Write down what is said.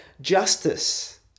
justice